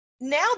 Now